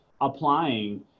applying